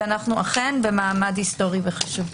אנו אכן במעמד היסטורי וחשוב.